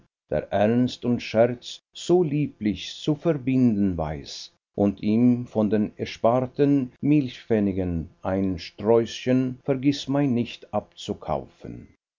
der ernst und scherz so lieblich zu verbinden weiß und ihm von den ersparten milchpfennigen ein sträußchen vergißmeinnicht abzukaufen